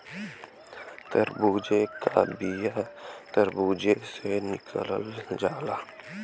तरबूजे का बिआ तर्बूजे से निकालल जाला